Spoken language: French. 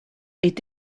est